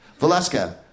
Valeska